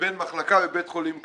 לבין מחלקה בבית חולים כללי.